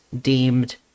deemed